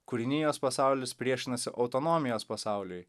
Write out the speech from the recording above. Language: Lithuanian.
kūrinijos pasaulis priešinasi autonomijos pasauliui